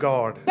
God